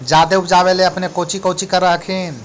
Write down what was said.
जादे उपजाबे ले अपने कौची कौची कर हखिन?